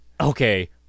okay